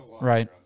right